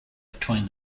between